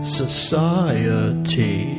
society